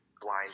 blind